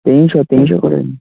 তিনশো তিনশো করে নিন